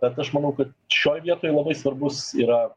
bet aš manau kad šioj vietoj labai svarbus yra